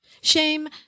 Shame